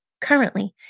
currently